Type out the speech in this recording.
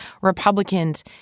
Republicans